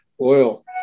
oil